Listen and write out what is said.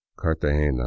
Cartagena